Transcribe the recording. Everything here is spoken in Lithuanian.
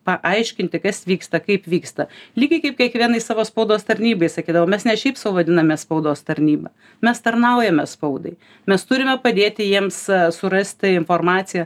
paaiškinti kas vyksta kaip vyksta lygiai kaip kiekvienai savo spaudos tarnybai sakydavau mes ne šiaip sau vadinamės spaudos tarnyba mes tarnaujame spaudai mes turime padėti jiems surasti informaciją